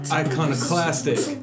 iconoclastic